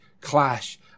Clash